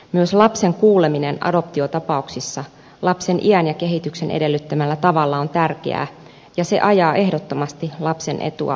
myös lapsen kuuleminen adoptiotapauksissa lapsen iän ja kehityksen edellyttämällä tavalla on tärkeää ja se ajaa ehdottomasti lapsen etua adoptiotapauksissa